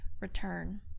return